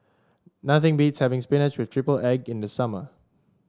nothing beats having spinach with triple egg in the summer